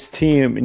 team